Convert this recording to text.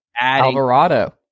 Alvarado